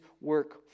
work